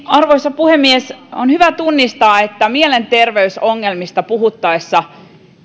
arvoisa puhemies on hyvä tunnistaa että mielenterveysongelmista puhuttaessa